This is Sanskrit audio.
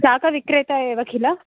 शाकविक्रेता एव किल